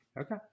Okay